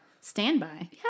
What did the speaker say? standby